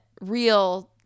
real